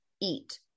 eat